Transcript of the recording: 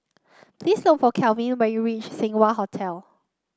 please look for Calvin when you reach Seng Wah Hotel